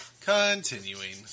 Continuing